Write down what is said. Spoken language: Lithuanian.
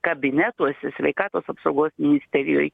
kabinetuose sveikatos apsaugos ministerijoj